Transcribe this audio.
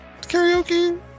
karaoke